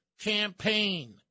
campaign